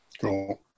Cool